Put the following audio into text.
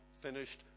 finished